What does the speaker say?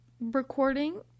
recording